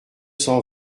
cent